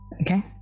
Okay